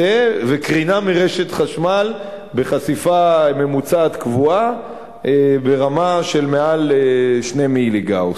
תה וקרינה מרשת חשמל בחשיפה ממוצעת קבועה ברמה שמעל 2 מיליגאוס.